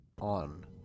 On